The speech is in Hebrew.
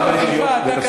בבקשה, אדוני.